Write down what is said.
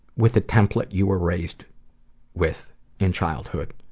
with the template you were raised with in childhood.